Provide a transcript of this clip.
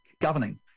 governing